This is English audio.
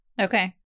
Okay